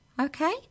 okay